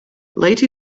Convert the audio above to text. late